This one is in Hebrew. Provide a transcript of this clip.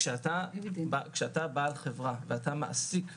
כשאתה בעל חברה ומעסיק עובדים,